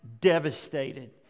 devastated